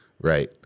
Right